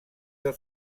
del